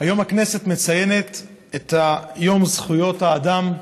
היום הכנסת מציינת את יום זכויות האדם,